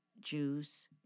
Jews